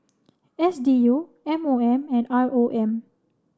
S D U M O M and R O M